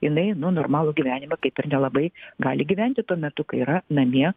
jinai nu normalų gyvenimą kaip ir nelabai gali gyventi tuo metu kai yra namie